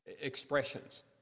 expressions